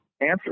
answer